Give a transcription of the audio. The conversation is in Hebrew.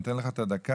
אני אתן לך את הדקה,